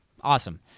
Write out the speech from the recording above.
awesome